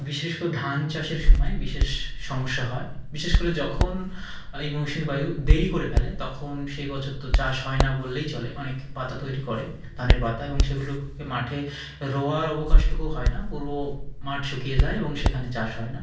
বিশিষ্ট ধান চাষের সময় বিশেষ সমস্যা হয় বিশেষ করে যখন এই মৌসুমি বায়ু দেরি করে ফেলে তখন সেই বছর তো চাষ হয় না বললেই চলে অনেকে পাতা তৈরি করে ধানের পাতা এবং সেগুলোকে মাঠে রোয়ার অবকাশ টুকু হয় না পুরো মাঠ শুকিয়ে যায় এবং সেখানে চাষ হয় না